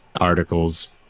articles